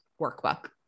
workbook